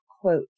quote